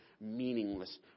meaningless